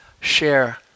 share